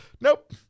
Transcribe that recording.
Nope